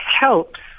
helps